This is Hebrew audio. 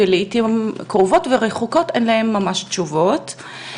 ולעיתים קרובות ורחוקות אין להם ממש תשובות.